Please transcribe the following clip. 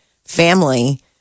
Family